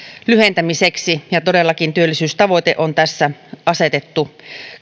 lyhentämiseksi ja todellakin työllisyystavoite on tässä asetettu